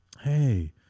Hey